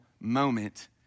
moment